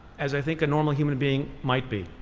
as i think a normal human being might be.